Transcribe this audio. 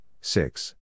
six